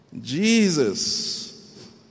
Jesus